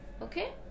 Okay